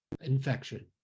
infection